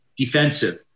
Defensive